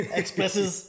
expresses